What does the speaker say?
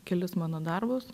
kelis mano darbus